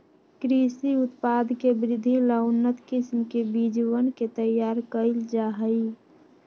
कृषि उत्पाद के वृद्धि ला उन्नत किस्म के बीजवन के तैयार कइल जाहई